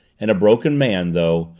and a broken man, though,